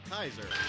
Kaiser